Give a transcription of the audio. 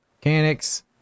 mechanics